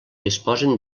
disposen